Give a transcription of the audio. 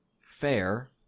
fair